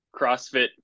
CrossFit